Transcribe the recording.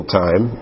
time